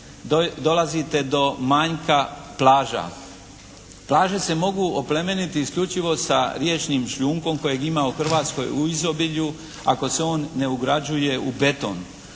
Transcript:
dolazite do manjka plaža. Plaže se mogu oplemeniti isključivo sa riječnim šljunkom kojeg ima u Hrvatskoj u izobilju ako se on ne ugrađuje u beton,